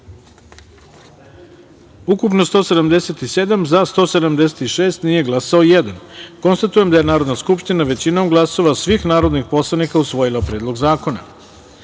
ukupno - 177, za – 176, nije glasao jedan. Konstatujem da je Narodna skupština većinom glasova svih narodnih poslanika usvojila Predlog zakona. Tačka